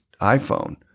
iPhone